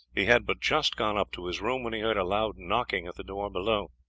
he had but just gone up to his room, when he heard a loud knocking at the door below.